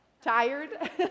tired